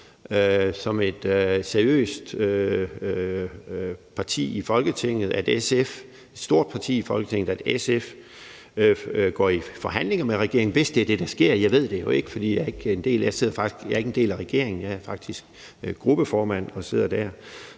et stort parti i Folketinget, går i forhandlinger med regeringen, hvis det er det, der sker. Jeg ved det jo ikke, for jeg er ikke en del af regeringen. Jeg er faktisk gruppeformand og sidder dér.